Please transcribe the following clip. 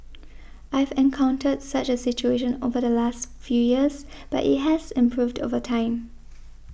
I've encountered such a situation over the last few years but it has improved over time